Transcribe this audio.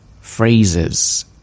phrases